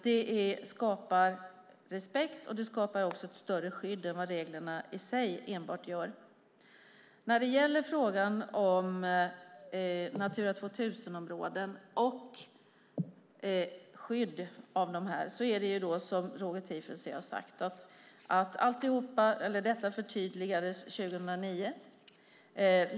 Det skapar respekt och också ett större skydd än vad reglerna ensamt gör. När det gäller skyddet av Natura 2000-områden förtydligades det, som Roger Tiefensee sade, 2009.